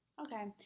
Okay